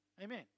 Amen